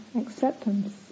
acceptance